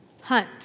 Hunt